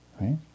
right